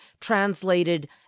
translated